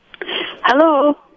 Hello